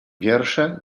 wiersze